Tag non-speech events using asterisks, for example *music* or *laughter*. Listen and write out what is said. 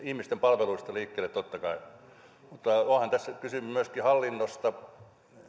*unintelligible* ihmisten palveluista liikkeelle totta kai mutta onhan tässä kysymys myöskin hyvästä hallinnosta